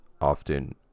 often